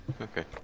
Okay